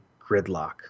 Gridlock